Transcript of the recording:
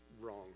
wrong